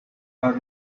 are